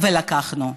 ולקחנו.